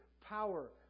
power